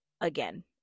again